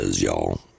y'all